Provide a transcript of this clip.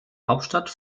hauptstadt